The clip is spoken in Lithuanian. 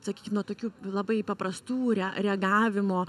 sakykim nuo tokių labai paprastų reagavimo